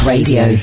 Radio